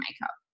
makeup